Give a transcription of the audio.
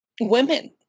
Women